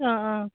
অ' অ'